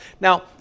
Now